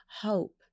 hope